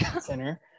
Center